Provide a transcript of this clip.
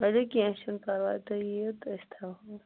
ؤلِو کیٚنٛہہ چھُنہٕ پرواے تُہۍ یِِیِو تہٕ ٲسۍ تھاوہو